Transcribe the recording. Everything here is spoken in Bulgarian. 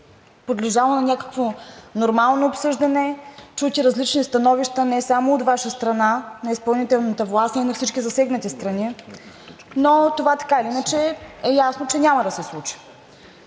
подлежало е на някакво нормално обсъждане, чути различни становища, не само от Ваша страна – на изпълнителната власт, а и на всички засегнати страни, но това, така или иначе, е ясно, че няма да се случи.